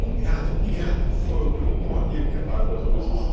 ingrato ingrato foi o meu bom amigo que apagou as luzes